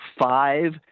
five